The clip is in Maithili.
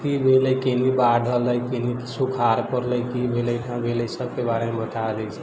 की भेलै केनि बाढ़ि एलै केनी सुखाड़ पड़लै की भेलै कहाँ भेलै सबके बारेमे बता दै छै